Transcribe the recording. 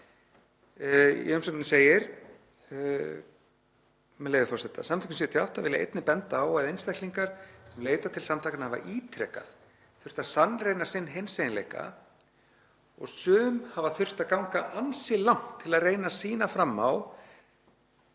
Í umsögninni segir, með leyfi forseta: „Samtökin '78 vilja einnig benda á að einstaklingar sem leita til samtakanna hafa ítrekað þurft að sannreyna sinn hinseginleika og sum hafa þurft að ganga ansi langt til að reyna að sýna fram á